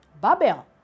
Babel